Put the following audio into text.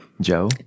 Joe